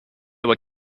were